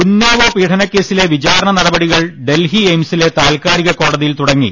ഉന്നാവോ പീഡനക്കേസിലെ വിചാരണ നടപടികൾ ഡൽഹി എയിംസിലെ താത്കാലിക കോടതിയിൽ തുടങ്ങി